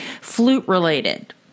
flute-related